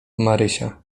marysia